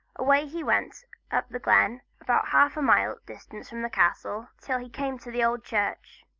away he went up the glen, about half a mile distance from the castle, till he came to the old church.